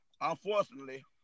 unfortunately